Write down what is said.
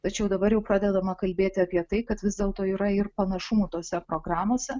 tačiau dabar jau pradedama kalbėti apie tai kad vis dėlto yra ir panašumų tose programose